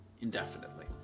indefinitely